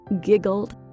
giggled